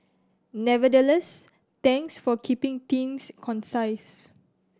nevertheless thanks for keeping things concise